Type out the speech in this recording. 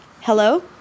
hello